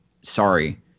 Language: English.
sorry